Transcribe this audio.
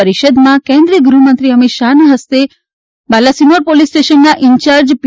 પરિષદમાં કેન્દ્રીય ગૃહ મંત્રી અમિત શાહના હસ્તે પોલીસ સ્ટેશનના ઇન્ચાર્જ પી